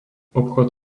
obchod